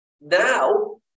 Now